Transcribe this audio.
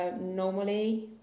normally